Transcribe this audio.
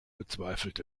bezweifelt